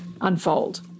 unfold